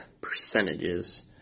percentages